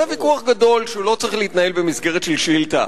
זה ויכוח גדול, שלא צריך להתנהל במסגרת שאילתא.